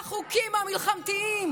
על החוקים המלחמתיים.